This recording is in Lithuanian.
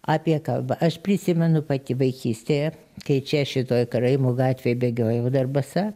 apie kalbą aš prisimenu pati vaikystėje kai čia šitoj karaimų gatvėj bėgiojau dar basa